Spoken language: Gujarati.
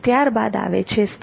ત્યારબાદ આવે છે સ્થળ